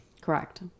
Correct